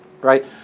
Right